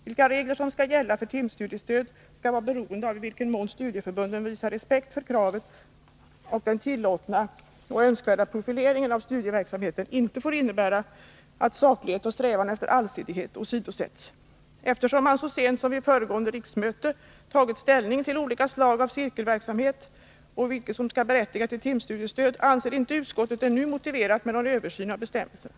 Vilka regler som skall gälla för timstudiestöd skall vara beroende av i vilken mån studieförbunden visar respekt för kravet att den tillåtna och önskvärda profileringen av studieverksamheten inte får innebära att saklighet och strävan efter allsidighet åsidosätts. Eftersom man så sent som vid föregående riksmöte tagit ställning till olika slag av cirkelverksamhet och vilka som skall berättiga till timstudiestöd, anser utskottet det nu inte motiverat med någon översyn av bestämmelserna.